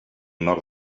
nord